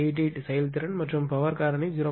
88 செயல்திறன் மற்றும் பவர் காரணி 0